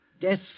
Death